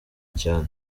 cyane